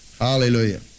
Hallelujah